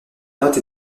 notes